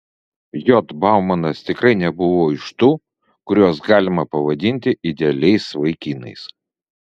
j baumanas tikrai nebuvo iš tų kuriuos galima pavadinti idealiais vaikinais